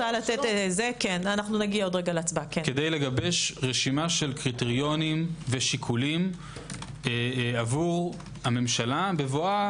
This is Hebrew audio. כדי לגבש רשימת קריטריונים ושיקולים עבור הממשלה בבואה